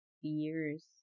years